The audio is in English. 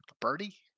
Birdie